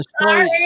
Sorry